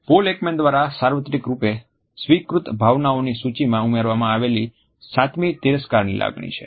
pole Ekman દ્વારા સાર્વત્રિક રૂપે સ્વીકૃત ભાવનાઓની સૂચિમાં ઉમેરવામાં આવેલી સાતમી તિરસ્કારની લાગણી હતી